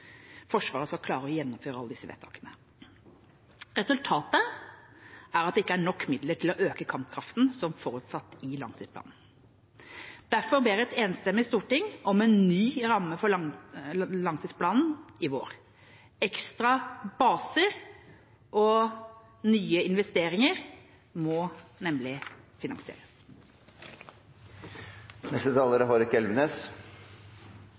Forsvaret skal klare å gjennomføre alle disse vedtakene. Resultatet er at det ikke er nok midler til å øke kampkraften, som forutsatt i langtidsplanen. Derfor ber et enstemmig storting om en ny ramme for langtidsplanen i vår. Ekstra baser og nye investeringer må nemlig